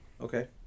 Okay